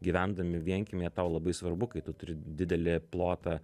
gyvendami vienkiemyje tau labai svarbu kai tu turi didelį plotą